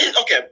Okay